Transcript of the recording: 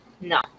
No